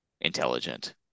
intelligent